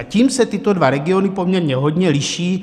Tím se tyto dva regiony poměrně hodně liší.